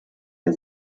der